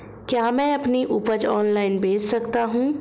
क्या मैं अपनी उपज ऑनलाइन बेच सकता हूँ?